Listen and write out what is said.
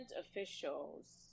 officials